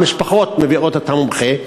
המשפחות מביאות את המומחה.